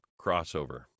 crossover